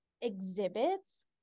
exhibits